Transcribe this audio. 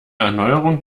erneuerung